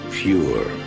pure